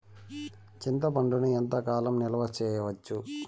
చింతపండును ఎంత కాలం నిలువ చేయవచ్చు?